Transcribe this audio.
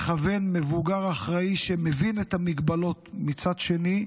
ומכוון, מבוגר אחראי שמבין את המגבלות מצד שני,